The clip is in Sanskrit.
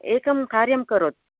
एकं कार्यं करोतु